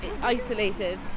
isolated